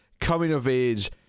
coming-of-age